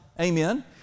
Amen